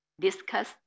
discuss